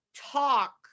talk